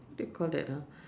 do you call that ah